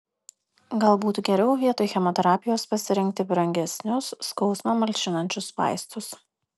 gal būtų geriau vietoj chemoterapijos pasirinkti brangesnius skausmą malšinančius vaistus